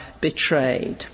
betrayed